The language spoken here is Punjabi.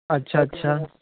ਅੱਛਾ ਅੱਛਾ